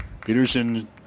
Peterson